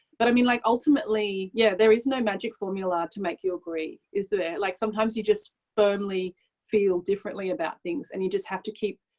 but i mean, like ultimately, yeah there is no magic formula to make you agree, is there? ah like sometimes you just firmly feel differently about things and you just have to keep